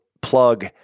plug